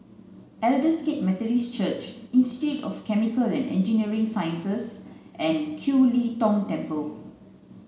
Aldersgate Methodist Church Institute of Chemical and Engineering Sciences and Kiew Lee Tong Temple